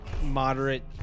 Moderate